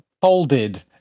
folded